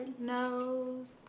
knows